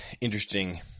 interesting